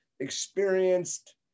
experienced